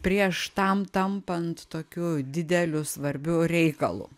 prieš tam tampant tokiu dideliu svarbiu reikalu